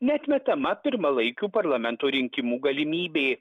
neatmetama pirmalaikių parlamento rinkimų galimybė